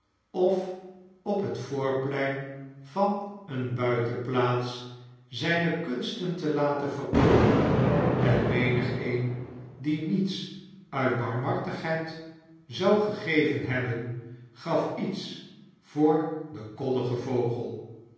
of op het voorplein van eene buitenplaats zijne kunsten te laten vertoonen en menigeem die niets uit barmhartigheid zou gegeven hebben gaf iets voor den koddigen vogel